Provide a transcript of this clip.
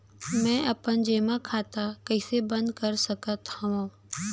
मै अपन जेमा खाता कइसे बन्द कर सकत हओं?